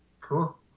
Cool